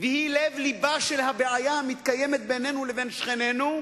והיא לב-לבה של הבעיה המתקיימת בינינו לבין שכנינו,